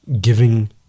giving